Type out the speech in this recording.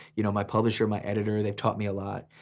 you know, my publisher, my editor, they've taught me a lot.